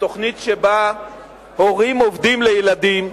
תוכנית שבה הורים עובדים לילדים,